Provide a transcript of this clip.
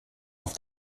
auf